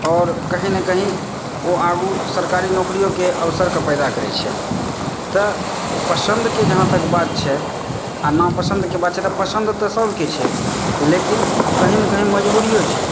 आओर कहीं न कहीं ओ आगु सरकारी नौकरियोके अवसरक पैदा करै छै तऽ पसन्दके जहाँ तक बात छै आ नापसन्दके बात छै तऽ पसन्द तऽ सभके छै लेकिन कहीं न कहीं मजबूरिओ छै